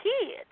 kids